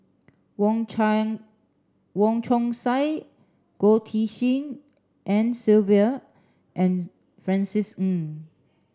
Wong Wong Chong Sai Goh Tshin En Sylvia and Francis Ng